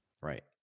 Right